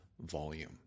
volume